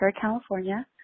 California